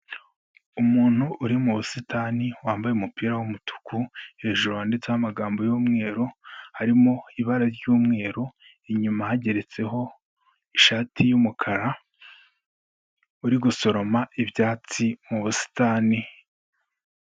Umuntu uri mu busitani wambaye umupira w'umutuku hejuru wanditseho amagambo y'umweru, harimo ibara ry'umweru, inyuma hageretseho ishati y'umukara, uri gusoroma ibyatsi mu busitani.